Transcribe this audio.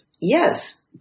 Yes